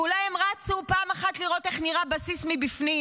ואולי הם רצו פעם אחת לראות איך נראה בסיס מבפנים,